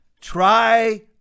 try